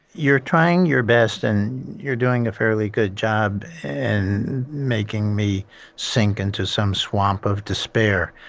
you're trying your best and you're doing a fairly good job in making me sink into some swamp of despair,